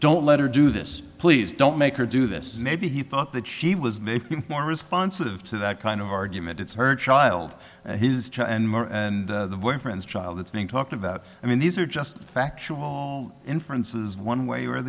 don't let her do this please don't make her do this maybe he thought that she was more responsive to that kind of argument it's her child and his to and more and when friends child that's being talked about i mean these are just factual all inferences one way or